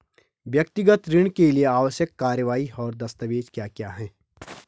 व्यक्तिगत ऋण के लिए आवश्यक कार्यवाही और दस्तावेज़ क्या क्या हैं?